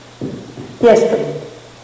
Yes